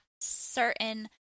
certain